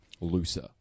looser